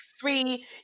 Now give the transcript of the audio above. three